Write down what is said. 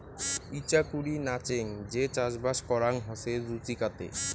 ইচাকুরি নাচেঙ যে চাষবাস করাং হসে জুচিকাতে